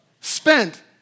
Spent